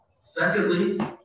Secondly